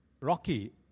Rocky